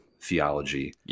theology